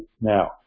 now